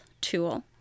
tool